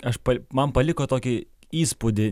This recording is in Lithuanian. aš man paliko tokį įspūdį